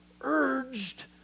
urged